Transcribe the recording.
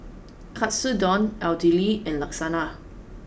Katsudon Idili and Lasagna